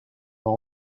leur